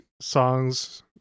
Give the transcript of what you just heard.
songs